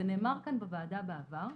זה נאמר כאן בוועדה בעבר,